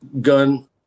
gun